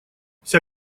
вся